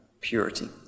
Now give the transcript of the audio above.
purity